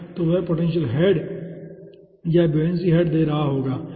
तो वह potential head या ब्योयांसी हेड दे रहा होगा ठीक है